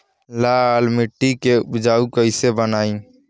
लाल मिट्टी के उपजाऊ कैसे बनाई?